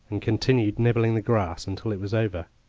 and continued nibbling the grass until it was over.